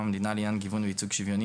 המדינה הן בעניין גיוון וייצוג שוויוני,